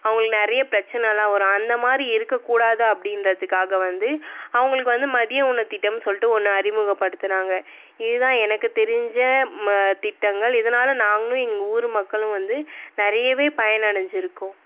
அவங்களுக்கு நிறைய பிரச்சனைலாம் வரும் அந்த மாதிரி இருக்கக்கூடாது அப்படின்றதுக்காக வந்து அவங்களுக்கு வந்து மதிய உணவுத் திட்டம்னு சொல்லிட்டு ஒன்று அறிமுகப்படுத்துனாங்க இது தான் எனக்கு தெரிஞ்ச ம திட்டங்கள் இதனால் நாங்களும் எங்கள் ஊர் மக்களும் வந்து நிறையவே பயனடஞ்சுருக்கோம்